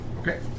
Okay